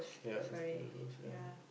ya the steel rose ya